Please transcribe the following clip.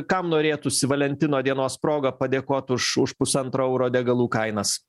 kam norėtųsi valentino dienos proga padėkot už už pusantro euro degalų kainas